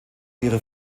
ihre